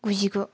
गुजिगु